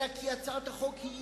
אלא כי הצעת החוק היא עניינית,